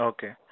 Okay